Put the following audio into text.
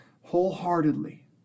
wholeheartedly